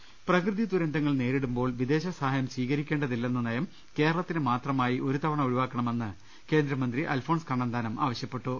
ൾ പ്രകൃതി ദുരന്തങ്ങൾ നേരിടുമ്പോൾ വിദേശ സഹായം സ്വീകരി ക്കേണ്ടതില്ലെന്ന നയം കേരളത്തിന് മാത്രമായി ഒരുതവണ ഒഴിവാക്ക ണമെന്ന് കേന്ദ്രമന്ത്രി അൽഫോൺസ് കണ്ണന്താനം ആവശ്യപ്പെട്ടു